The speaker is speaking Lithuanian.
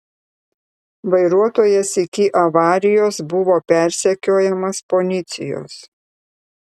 vairuotojas iki avarijos buvo persekiojamas policijos